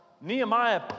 Nehemiah